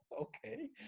Okay